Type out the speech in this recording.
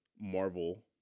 Marvel